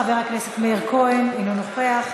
חבר הכנסת מאיר כהן, אינו נוכח.